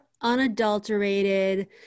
unadulterated